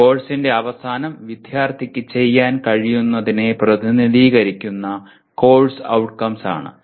ഒരു കോഴ്സിന്റെ അവസാനം വിദ്യാർത്ഥിക്ക് ചെയ്യാൻ കഴിയുന്നതിനെ പ്രതിനിധീകരിക്കുന്ന കോഴ്സ് ഔട്ട്കംസ് ആണ്